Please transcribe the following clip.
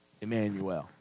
Emmanuel